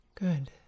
Good